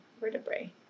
vertebrae